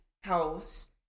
house